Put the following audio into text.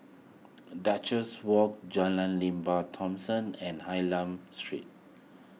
Duchess Walk Jalan Lembah Thomson and Hylam Street